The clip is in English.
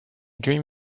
dream